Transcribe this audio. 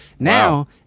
Now